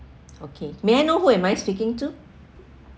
okay may I know who am I speaking to